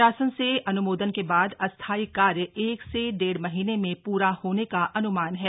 शासन से अनुमोदन के बाद अस्थायी कार्य एक से डेढ़ महीने में पूरा होने का अनुमान है